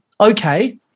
okay